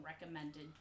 recommended